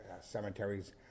cemeteries